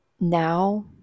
now